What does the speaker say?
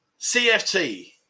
CFT